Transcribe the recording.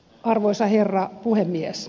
arvoisa herra puhemies